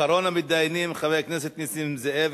אחרון המתדיינים, חבר הכנסת נסים זאב.